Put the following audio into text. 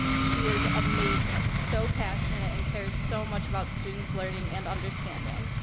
she is amazing, so passionate, and cares so much about students learning and understanding,